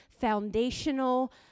foundational